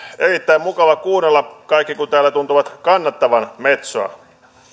erittäin mukava kuunnella kaikki kun täällä tuntuvat kannattavan metsoa